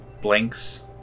blinks